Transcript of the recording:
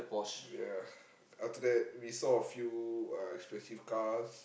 ya after that we saw a few uh expensive cars